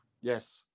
Yes